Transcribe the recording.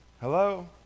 Hello